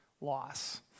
loss